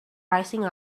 rising